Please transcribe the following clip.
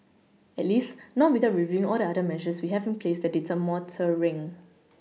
at least not without reviewing all the other measures we have in place that deter motoring